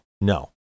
No